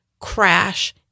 crash